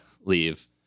leave